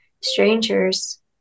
strangers